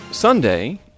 Sunday